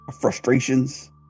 frustrations